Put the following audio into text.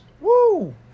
Woo